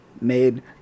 made